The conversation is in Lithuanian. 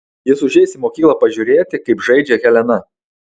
jis užeis į mokyklą pažiūrėti kaip žaidžia helena